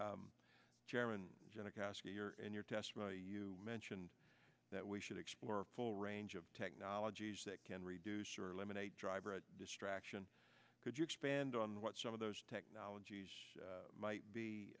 you your in your testimony you mentioned that we should explore full range of technologies that can reduce or eliminate driver distraction could you expand on what some of those technologies might be